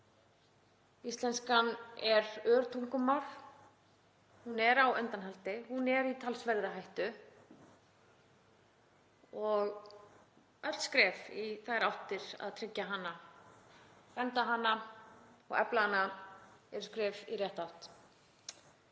Íslenska er örtungumál, hún er á undanhaldi, hún er í talsverðri hættu og öll skref í þær áttir að tryggja hana, vernda hana og efla eru skref í rétta átt.